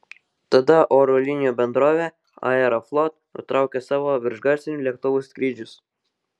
tada oro linijų bendrovė aeroflot nutraukė savo viršgarsinių lėktuvų skrydžius